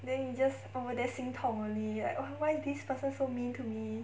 then you just over there 心痛 only like why this person so mean to me